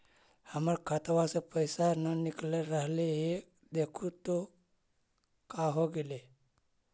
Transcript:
हमर खतवा से पैसा न निकल रहले हे देखु तो का होगेले?